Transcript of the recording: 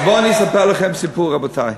אז בואו אני אספר לכם סיפור, רבותי.